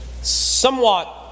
somewhat